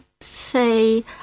say